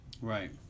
right